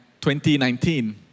2019